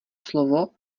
slovo